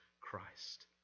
Christ